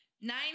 Nine